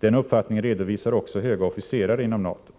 Den uppfattningen redovisar också höga officerare inom NATO.